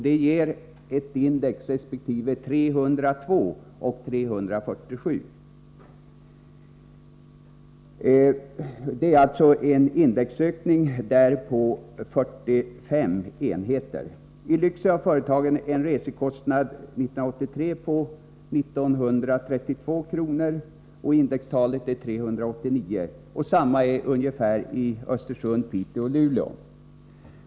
Det ger ett index på 302 resp. 347. Det är alltså en indexökning på 45 enheter. I Lycksele hade företaget en resekostnad på 1 932 kr. 1983, och indextalet är 389. Ungefär desamma är förhållandena i Östersund, Piteå och Luleå.